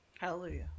Hallelujah